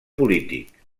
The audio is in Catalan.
polític